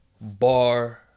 bar